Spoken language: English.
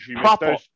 proper